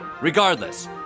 Regardless